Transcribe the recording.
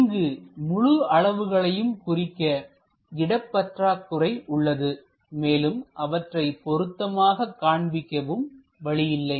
இங்கு முழு அளவுகளையும் குறிக்க இடப்பற்றாக்குறை உள்ளதுமேலும் அவற்றை பொருத்தமாக காண்பிக்கவும் வழியில்லை